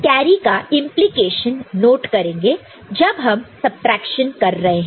तो इस कैरी का इंप्लीकेशन नोट करेंगे जब हम सबट्रैक्शन कर रहे है